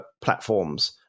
platforms